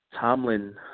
Tomlin